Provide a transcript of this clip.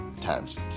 times